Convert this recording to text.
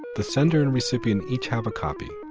the sender and recipient each have a copy.